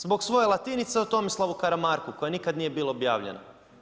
Zbog svoje „Latinice“ o Tomislavu Karamarku koja nikada nije bila objavljena.